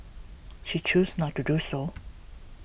she chose not to do so